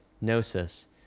Gnosis